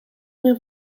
meer